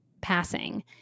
passing